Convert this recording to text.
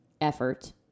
effort